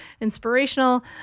inspirational